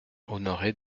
honoré